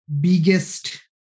biggest